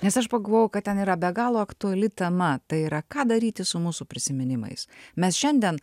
nes aš pagavojau kad ten yra be galo aktuali tema tai yra ką daryti su mūsų prisiminimais mes šiandien